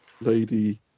Lady